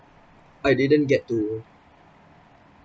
I didn't get to